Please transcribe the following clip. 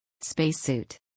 Spacesuit